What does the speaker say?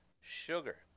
sugar